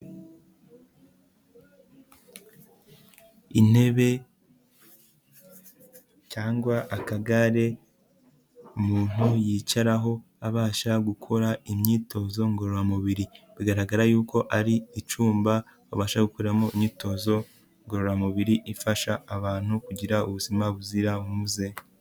Intebe cyangwa akagare umuntu yicaraho abasha gukora imyitozo ngororamubiri, bigaragara yuko ari icyumba babasha gukuramo imyitozo ngororamubiri, ifasha abantu kugira ubuzima buzira umuze.